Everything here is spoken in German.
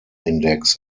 index